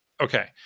Okay